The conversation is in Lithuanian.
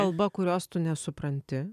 kalba kurios tu nesupranti